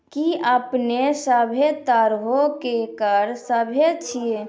कि अपने सभ्भे तरहो के कर भरे छिये?